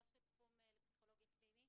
ראשת תחום לפסיכולוגיה קלינית.